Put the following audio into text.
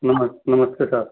नमस नमस्ते सर